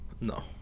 No